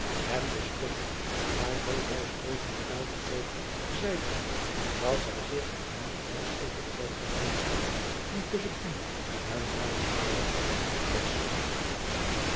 en de stomme maar zoo welsprekende taal der oogen zeide hem dat zij zeer vergenoegd was over den band van vriendschap die tusschen hem en haren vader gelegd was